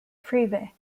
freeway